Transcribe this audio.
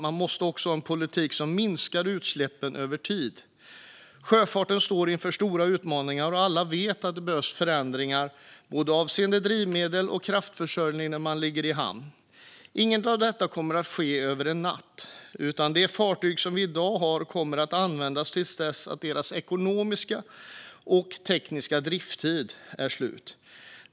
Man måste också ha en politik som minskar utsläppen över tid. Sjöfarten står inför stora utmaningar, och alla vet att det behövs förändringar avseende både drivmedel och kraftförsörjning när man ligger i hamn. Inget av detta kommer att ske över en natt, utan de fartyg som vi i dag har kommer att användas till dess att deras ekonomiska och tekniska driftstid är slut.